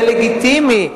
זה לגיטימי.